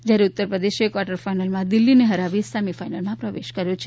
જયારે ઉત્તરપ્રદેશે કવાર્ટર ફાઇનલમાં દિલ્હીને હરાવીને સેમીફાઇનલમાં પ્રવેશ કર્યો છે